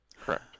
correct